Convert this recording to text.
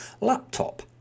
laptop